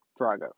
Drago